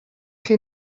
chi